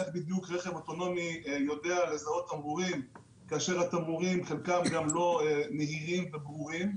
איך בדיוק רכב אוטונומי יודע לזהות תמרורים כשחלקם לא נהירים וברורים,